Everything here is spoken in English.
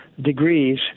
degrees